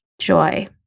joy